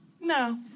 No